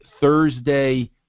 Thursday